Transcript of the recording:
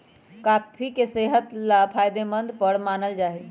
coffee के सेहत ला फायदेमंद पर मानल जाहई